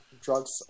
drugs